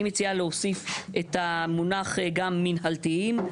אני מציעה להוסיף את המונח גם מנהלתיים.